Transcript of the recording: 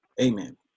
Amen